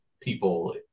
people